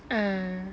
uh